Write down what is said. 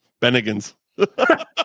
Bennigans